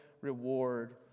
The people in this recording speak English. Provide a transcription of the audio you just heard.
reward